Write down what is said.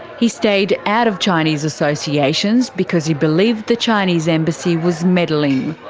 he stayed out of chinese associations, because he believed the chinese embassy was meddling.